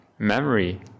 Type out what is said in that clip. memory